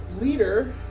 leader